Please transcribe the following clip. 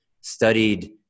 studied